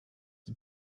die